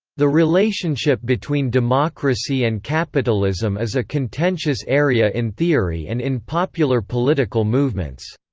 the relationship between democracy and capitalism is a contentious area in theory and in popular political movements.